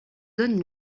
donne